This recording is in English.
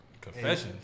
Confessions